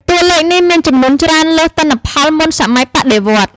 តួលេខនេះមានចំនួនច្រើនលើសទិន្នផលមុនសម័យបដិវត្តន៍។